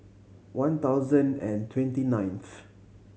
one thousand and twenty ninth